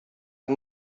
are